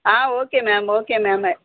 ah okay ma'am okay ma'am